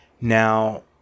Now